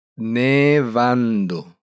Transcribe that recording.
Nevando